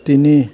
তিনি